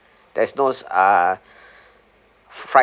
there's those uh freight